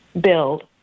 build